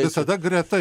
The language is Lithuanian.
visada greta